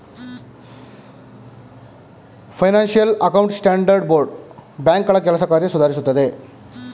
financial account standard board ಬ್ಯಾಂಕ್ಗಳ ಕೆಲಸ ಕಾರ್ಯ ಸುಧಾರಿಸುತ್ತದೆ